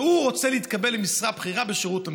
והוא רוצה להתקבל למשרה בכירה בשירות המדינה.